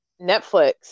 netflix